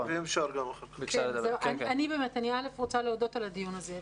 ראשית, אני רוצה להודות על הדיון הזה.